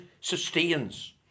sustains